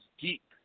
deep